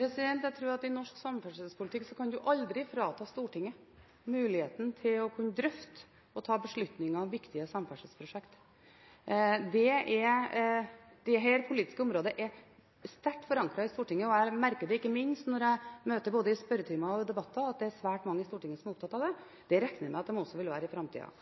Jeg tror at i norsk samferdselspolitikk kan du aldri frata Stortinget muligheten til å kunne drøfte og ta beslutninger om viktige samferdselsprosjekter. Dette politiske området er sterkt forankret i Stortinget, og jeg merker, ikke minst når jeg møter i spørretimer og debatter, at det er svært mange i Stortinget som er opptatt av det. Det regner jeg med at de også vil være i framtiden.